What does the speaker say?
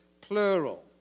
plural